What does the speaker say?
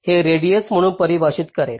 हे रेडिएस म्हणून परिभाषित करेल